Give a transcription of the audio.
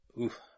Oof